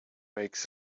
makes